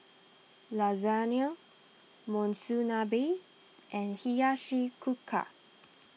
Lasagna Monsunabe and Hiyashi Chuka